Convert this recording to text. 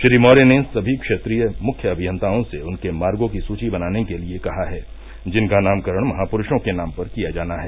श्री मौर्य ने सभी क्षेत्रीय मुख्य अभियंताओं से उन मार्गो की सूची बनाने के लिए कहा है जिनका नामकरण महापुरूषों के नाम पर किया जाना है